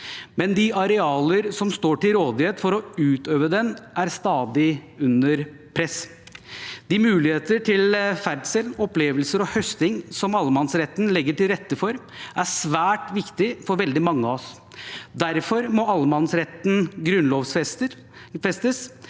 men de arealene som står til rådighet for å utøve den, er stadig under press. De mulighetene for ferdsel, opplevelser og høsting som allemannsretten legger til rette for, er svært viktig for veldig mange av oss. Derfor må allemannsretten grunnlovfestes.